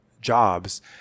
jobs